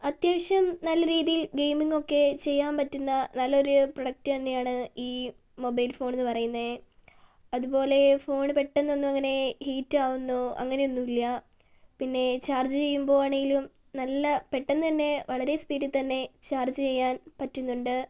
അത്യാവശ്യം നല്ല രീതിയിൽ ഗെയിമിങ്ങൊക്കെ ചെയ്യാൻ പറ്റുന്ന നല്ലൊരു പ്രോഡക്ട് തന്നെയാണ് ഈ മൊബൈൽ ഫോണെന്നു പറയുന്നത് അതുപോലെ ഫോണ് പെട്ടന്നൊന്നും അങ്ങനെ ഹീറ്റാവുന്നു അങ്ങനെയൊന്നും ഇല്ല പിന്നെ ചാർജ് ചെയ്യുമ്പോൾ വേണമെങ്കിലും നല്ല പെട്ടന്നുതന്നെ വളരെ സ്പീഡിൽ തന്നെ ചാർജ് ചെയ്യാൻ പറ്റുന്നുണ്ട്